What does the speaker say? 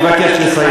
אני מבקש לסיים.